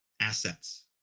assets